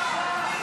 בושה.